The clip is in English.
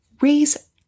raise